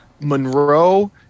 Monroe